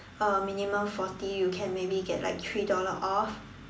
uh minimum forty you can maybe get like three dollar off